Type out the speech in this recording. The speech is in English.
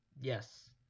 Yes